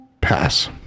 Pass